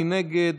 מי נגד?